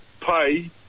pay